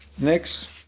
next